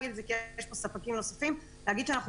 ישנם פה ספקים נוספים ואני גם שמחה להגיד שאנחנו